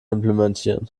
implementieren